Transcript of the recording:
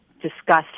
discussed